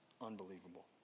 unbelievable